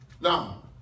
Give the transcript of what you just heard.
Now